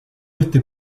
este